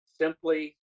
simply